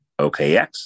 OKX